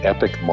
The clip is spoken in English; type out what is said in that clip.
Epic